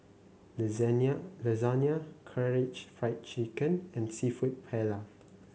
Lasagna Karaage Fried Chicken and seafood Paella